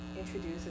introduce